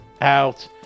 out